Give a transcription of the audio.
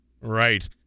Right